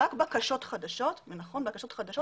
רק בקשות חדשות, ונכון, בקשות חדשות